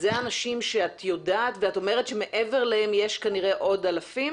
זה אנשים שאת יודעת ואת אומרת שמעבר להם יש כנראה עוד אלפים